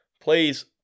Please